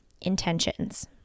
intentions